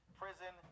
prison